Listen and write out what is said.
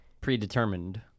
predetermined